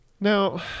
Now